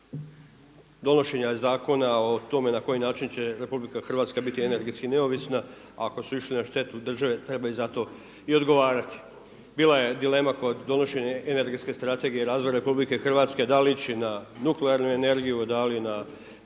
kod donošenja zakona o tome na koji način će RH biti energetski neovisna ako su išli na štetu države trebaju za to i odgovarati. Bila je dilema kod donošenja energetske strategije i razvoja RH da li ići na nuklearnu energiju, da li na ekološke,